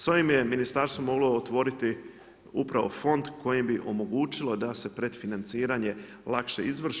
Sa ovim je ministarstvo moglo otvoriti upravo fond kojim bi omogućilo da se predfinanciranje lakše izvrši.